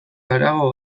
harago